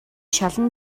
шалан